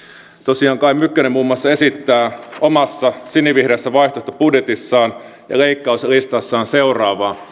tosiaan kai mykkänen muun muassa esittää omassa sinivihreässä vaihtoehtobudjetissaan ja leikkauslistassaan seuraavaa